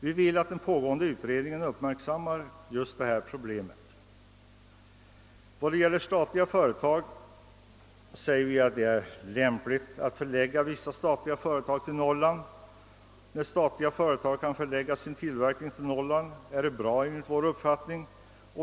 Vi vill att den pågående utredningen uppmärksammar detta problem. Vad gäller statliga företag säger vi att det är lämpligt att förlägga vissa sådana till Norrland. När statliga företag kan förlägga sin tillverkning till Norrland är detta bra enligt vår uppfattning.